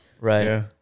Right